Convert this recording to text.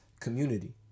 Community